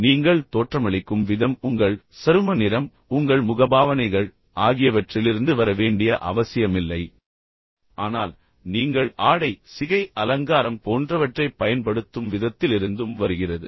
எனவே நீங்கள் தோற்றமளிக்கும் விதம் உங்கள் சரும நிறம் உங்கள் முகபாவனைகள் ஆகியவற்றிலிருந்து வர வேண்டிய அவசியமில்லை ஆனால் நீங்கள் ஆடை சிகை அலங்காரம் போன்றவற்றைப் பயன்படுத்தும் விதத்திலிருந்தும் வருகிறது